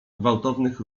gwałtownych